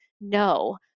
no